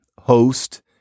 host